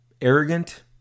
arrogant